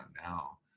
now